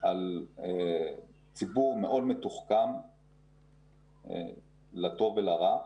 על ציבור מאוד מתוחכם לטוב ולרע.